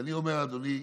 ואני אומר, אדוני,